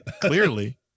Clearly